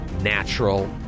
Natural